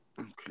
Okay